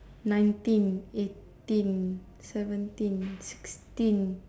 nineteen eighteen seventeen sixteen